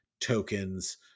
tokens